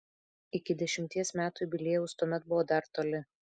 iki dešimties metų jubiliejaus tuomet buvo dar toli